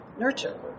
nurture